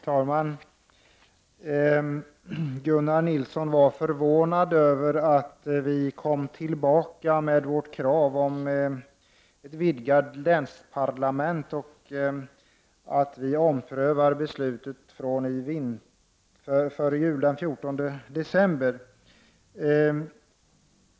Herr talman! Gunnar Nilsson var förvånad över att vi kommer tillbaka med vårt krav på ett vidgat länsparlament och att vi omprövar beslutet från den 14 december.